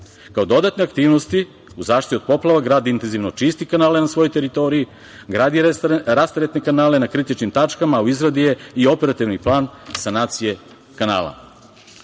dodatne aktivnosti, u zaštiti od poplava grad intenzivno čisti kanale na svojoj teritoriji, gradi rasteretne kanale na kritičnim tačkama. U izradi je i operativni plan sanacije